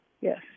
yes